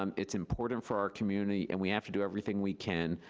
um it's important for our community, and we have to do everything we can,